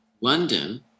London